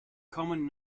common